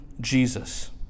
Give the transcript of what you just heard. Jesus